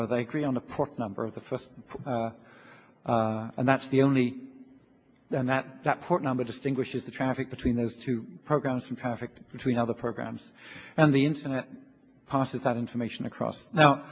but i agree on the port number of the first and that's the only then that that port number distinguishes the traffic between those two programs from perfect between other programs and the internet part of that information across no